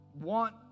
want